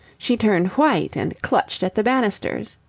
she turned white and clutched at the banisters.